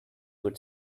would